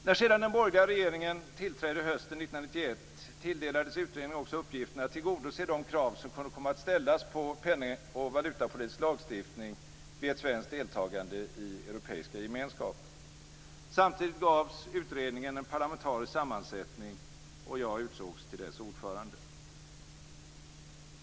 När sedan den borgerliga regeringen tillträdde hösten 1991, tilldelades utredningen också uppgiften att tillgodose de krav som kunde komma att ställas på penning och valutapolitisk lagstiftning vid ett svenskt deltagande i Europeiska gemenskapen. Samtidigt gavs utredningen en parlamentarisk sammansättning, och jag utsågs till dess ordförande.